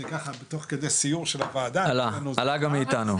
ככה תוך כדי סיום של הוועדה --- זה עלה גם מאיתנו.